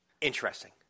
interesting